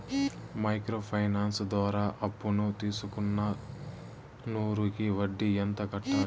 Micro finance ద్వారా అప్పును తీసుకున్న నూరు కి వడ్డీ ఎంత కట్టాలి?